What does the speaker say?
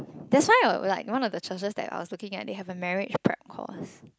that's why like one of the churches that I was looking at they have a marriage prep course